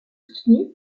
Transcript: soutenue